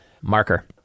marker